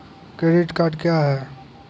Credit card क्या हैं?